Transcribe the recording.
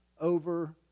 over